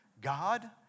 God